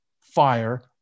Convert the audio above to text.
fire